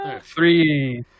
Three